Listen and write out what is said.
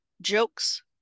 jokes